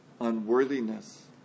unworthiness